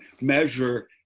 measure